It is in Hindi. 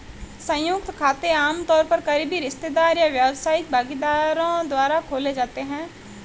संयुक्त खाते आमतौर पर करीबी रिश्तेदार या व्यावसायिक भागीदारों द्वारा खोले जाते हैं